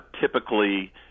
typically –